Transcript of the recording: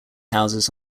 houses